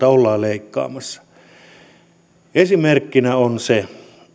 ollaan leikkaamassa esimerkkinä on se